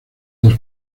dos